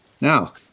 Now